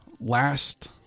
last